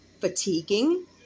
fatiguing